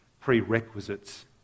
prerequisites